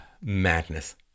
madness